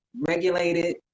regulated